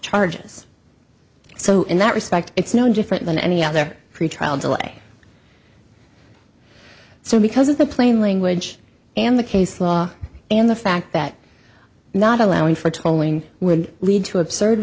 charges so in that respect it's no different than any other pretrial delay so because of the plain language and the case law and the fact that not allowing for trolling would lead to absurd